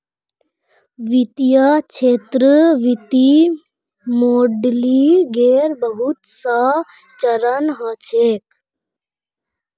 वित्तीय क्षेत्रत वित्तीय मॉडलिंगेर बहुत स चरण ह छेक